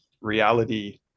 reality